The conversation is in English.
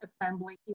assembly